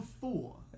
four